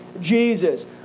Jesus